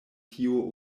tio